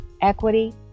equity